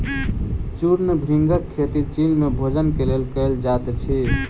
चूर्ण भृंगक खेती चीन में भोजन के लेल कयल जाइत अछि